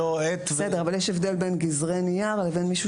יש הבדל בין גזרי נייר לבין מישהו